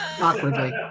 Awkwardly